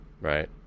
right